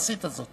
ועשית זאת.